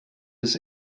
des